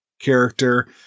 character